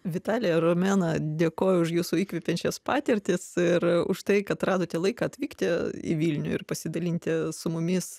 vitalija romena dėkoju už jūsų įkvepiančias patirtis ir už tai kad radote laiką atvykti į vilnių ir pasidalinti su mumis